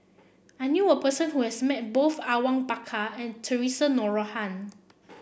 I knew a person who has met both Awang Bakar and Theresa Noronha